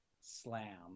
slam